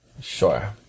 Sure